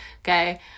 okay